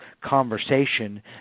conversation